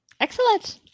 Excellent